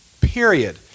Period